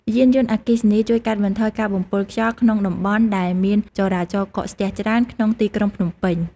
យានយន្តអគ្គីសនីជួយកាត់បន្ថយការបំពុលខ្យល់ក្នុងតំបន់ដែលមានចរាចរណ៍កកស្ទះច្រើន ក្នុងទីក្រុងភ្នំពេញ។